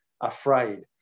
afraid